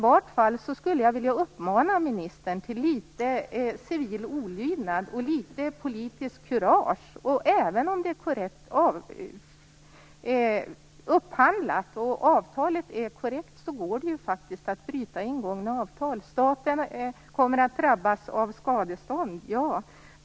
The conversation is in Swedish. Jag skulle vilja uppmana ministern till litet civil olydnad och litet politiskt kurage - även om upphandlingen och avtalet är korrekt går det ju faktiskt att bryta ingångna avtal. Staten kommer att drabbas av skadestånd - ja.